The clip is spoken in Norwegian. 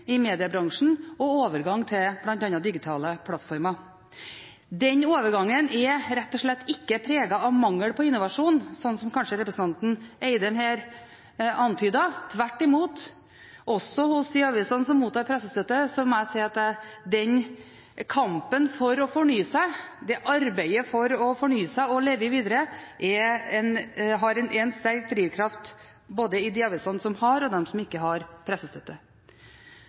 i mediebransjen og overgang til bl.a. digitale plattformer. Den overgangen er slett ikke preget av mangel på innovasjon, slik representanten Eidem Løvaas her antydet, tvert imot. Også hos de avisene som mottar pressestøtte, må jeg si at kampen for å fornye seg, arbeidet for å fornye seg og leve videre, er en sterk drivkraft. Det gjelder både for de avisene som har pressestøtte, og de som ikke har